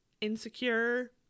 insecure